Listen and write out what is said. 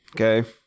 Okay